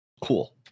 cool